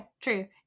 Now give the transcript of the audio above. true